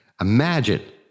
Imagine